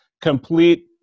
complete